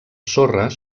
sorres